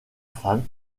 femme